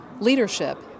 leadership